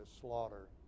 slaughter